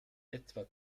etwa